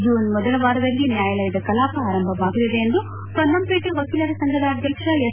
June ಮೊದಲ ವಾರದಲ್ಲಿ ನ್ನಾಯಾಲಯದ ಕಲಾಪ ಆರಂಭವಾಗಲಿದೆ ಎಂದು ಪೊನ್ನಂಪೇಟೆ ವಕೀಲರ ಸಂಘದ ಅಧ್ಯಕ್ಷ ಎಸ್